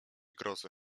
grozy